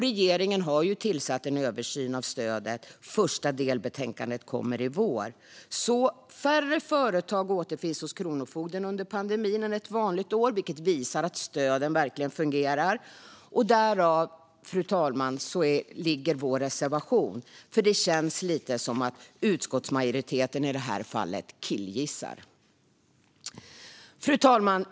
Regeringen har tillsatt en översyn av stödet, och det första delbetänkandet kommer i vår. Färre företag återfinns alltså hos kronofogden under pandemin än under ett vanligt år, vilket visar att stöden verkligen fungerar. Därav, fru talman, har vi skrivit vår reservation. För det känns lite som att utskottsmajoriteten i det här fallet killgissar. Fru talman!